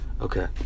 Okay